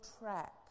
track